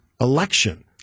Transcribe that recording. election